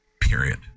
Period